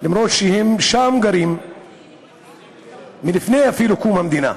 אף-על-פי שהם גרים שם אפילו מלפני קום המדינה,